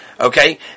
Okay